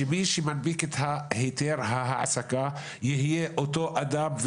שמי שמנפיק את ההיתר העסקה יהיה אותו אדם,